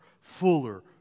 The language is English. fuller